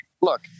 look